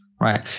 Right